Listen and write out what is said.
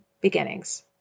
beginnings